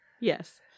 Yes